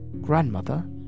Grandmother